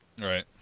Right